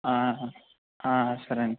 సరే అండి